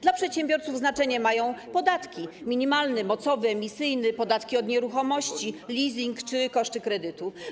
Dla przedsiębiorców znaczenie mają podatki: minimalny, mocowy, emisyjny, podatki od nieruchomości, koszty leasingu czy kredytu.